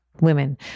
women